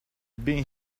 been